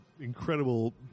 incredible